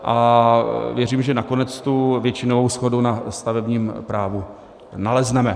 A věřím, že nakonec tu většinovou shodu na stavebním právu nalezneme.